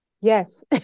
yes